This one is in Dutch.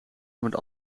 want